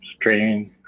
training